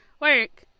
work